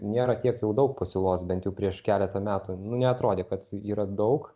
nėra tiek jau daug pasiūlos bent jau prieš keletą metų nu neatrodė kad yra daug